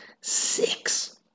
six